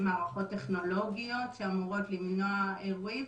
מערכות טכנולוגיות שאמורות למנוע אירועים,